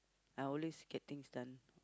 I always get things done